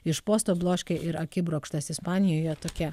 iš posto bloškė ir akibrokštas ispanijoje tokia